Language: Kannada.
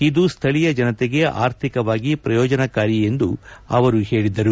ಇದು ಸ್ವಳೀಯ ಜನತೆಗೆ ಆರ್ಥಿಕವಾಗಿ ಪ್ರಯೋಜನಕಾರಿ ಎಂದು ಅವರು ಹೇಳಿದರು